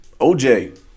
OJ